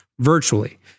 virtually